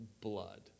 blood